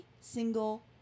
single